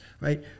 right